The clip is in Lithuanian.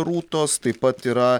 rūtos taip pat yra